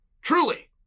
truly